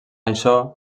això